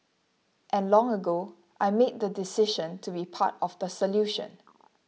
and long ago I made the decision to be part of the solution